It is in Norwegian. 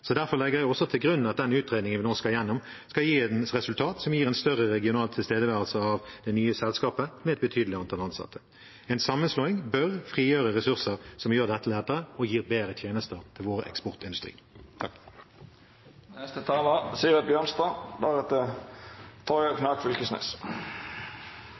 Derfor legger jeg også til grunn at den utredningen vi nå skal gjennom, skal gi et resultat som gir en større regional tilstedeværelse av det nye selskapet, med et betydelig antall ansatte. En sammenslåing bør frigjøre ressurser som gjør dette lettere og gir bedre tjenester til vår eksportindustri.